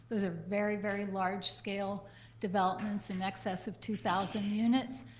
those are very, very large scale developments in excess of two thousand units.